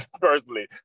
personally